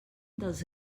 dels